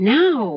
now